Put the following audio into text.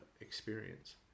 experience